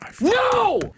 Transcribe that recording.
No